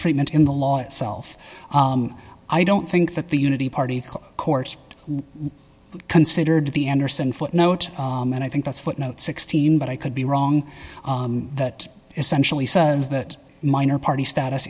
treatment in the law itself i don't think that the unity party court considered the andersen footnote and i think that's footnote sixteen but i could be wrong that essentially says that minor party status